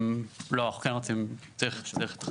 צריך.